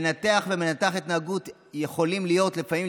מנתח ומנתחת התנהגות יכולים להיות לפעמים,